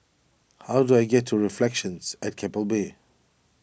how do I get to Reflections at Keppel Bay